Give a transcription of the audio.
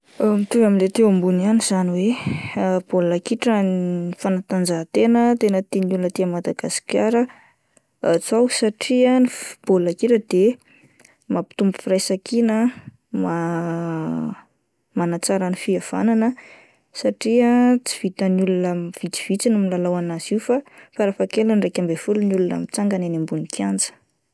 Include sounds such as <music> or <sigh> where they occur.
<hesitation> Mitovy amin'ilay teo ambony ihany izany hoe <hesitation> baolina kitra no fanatanjantena tena tian'ny olona aty Madagasikara atao satria ny fo-baolina kitra de mampitombo firaisankina, <hesitation> manatsara ny fihavanana satria tsy vitan'ny olona <hesitation> vitsivitsy no milalao an'azy io fa farafahakeliny iraika ambin'ny folo ny olona mijoro eny ambony kianja.